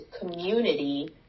community